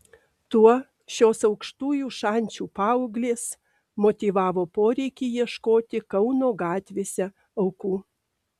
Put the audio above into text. tuo šios aukštųjų šančių paauglės motyvavo poreikį ieškoti kauno gatvėse aukų